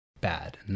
bad